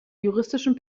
juristischen